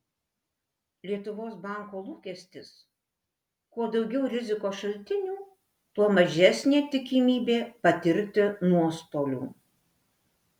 lietuvos banko lūkestis kuo daugiau rizikos šaltinių tuo mažesnė tikimybė patirti nuostolių